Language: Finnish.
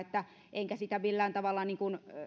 enkä sitä millään tavalla